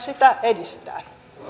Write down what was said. sitä edistää